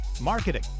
marketing